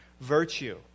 virtue